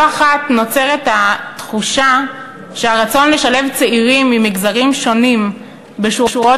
לא אחת נוצרת התחושה שהרצון לשלב צעירים ממגזרים שונים בשורות